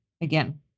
again